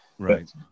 Right